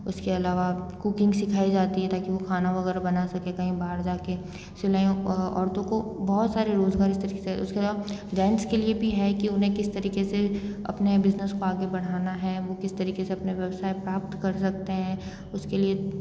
उसके अलावा कूकिंग सिखाई जाती है ताकि वो खाना वगैरह बना सके कहीं बाहर जाके सिलाइयों औरतों को बहुत सारे रोजगार इस तरीके से उसके अलावा जैंट्स के लिए भी है कि उन्हें किस तरीके से अपने बिज़नेस को आगे बढ़ाना है वो किस तरीके से अपने व्यवसाय प्राप्त कर सकते हैं उसके लिए